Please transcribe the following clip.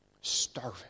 starving